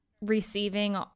receiving